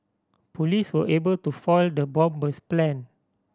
police were able to foil the bomber's plan